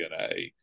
DNA